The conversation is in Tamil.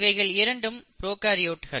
இவைகள் இரண்டும் ப்ரோகாரியோட்கள்